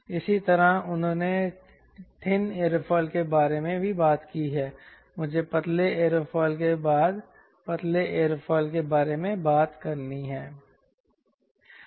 इसी तरह उन्होंने थिनर एरोफिल के बारे में बात की है मुझे पतले एयरोफिल के बाद पतले एयरोफिल के बारे में बात करनी है